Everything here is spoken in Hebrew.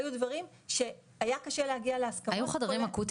היו דברים שהיה קשה להגיע להסכמות לגביהם.